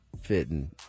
fitting